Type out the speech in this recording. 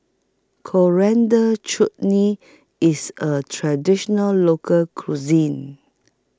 Coriander Chutney IS A Traditional Local Cuisine